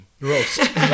Roast